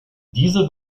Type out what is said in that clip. diese